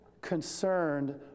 concerned